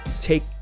take